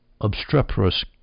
obstreperous